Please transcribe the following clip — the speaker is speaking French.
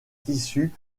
tissu